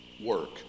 work